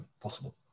possible